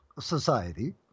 society